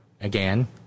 again